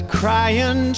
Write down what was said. crying